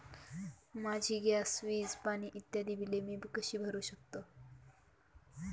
माझी गॅस, वीज, पाणी इत्यादि बिले मी कशी भरु शकतो?